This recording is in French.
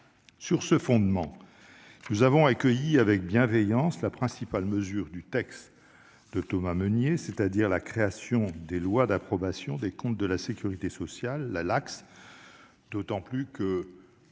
Sur ce fondement, nous avons accueilli avec bienveillance la principale mesure du texte de Thomas Mesnier, c'est-à-dire la création des lois d'approbation des comptes de la sécurité sociale (Lacss), qui